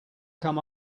come